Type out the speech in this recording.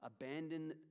abandon